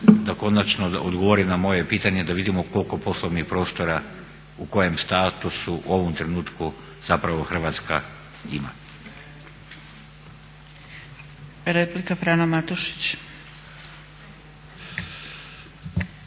da konačno odgovori na moje pitanje da vidimo koliko poslovnih prostora, u kojem statusu u ovom trenutku zapravo Hrvatska ima.